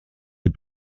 les